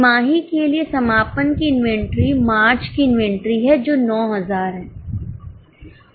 तिमाही के लिए समापन की इन्वेंटरी मार्च की इन्वेंटरी है जो 9000 है